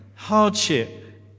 Hardship